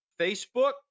Facebook